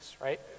Right